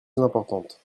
importante